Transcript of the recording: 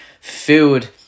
food